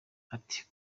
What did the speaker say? ati